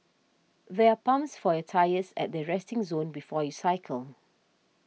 there are pumps for your tyres at the resting zone before you cycle